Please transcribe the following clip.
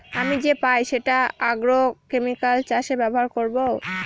আমি যে পাই সেটা আগ্রোকেমিকাল চাষে ব্যবহার করবো